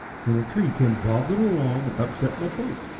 when a tree came bobbing along and upset my boat,